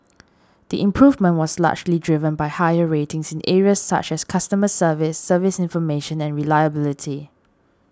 the improvement was largely driven by higher ratings in areas such as customer service service information and reliability